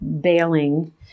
bailing